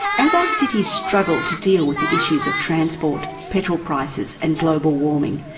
as our cities struggle to deal with the issues of transport, petrol prices and global warming,